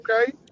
okay